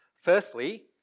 Firstly